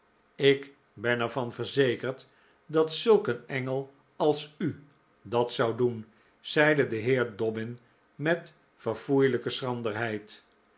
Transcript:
ik ben er van verzekerd dat zulk een engel als u dat zou doen zeide de heer dobbin met verfoeilijke schranderheid